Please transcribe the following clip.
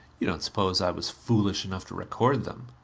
you don't suppose i was foolish enough to record them.